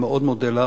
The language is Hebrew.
אני מאוד מודה לך,